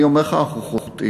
אני אומר לך, אנחנו חוטאים.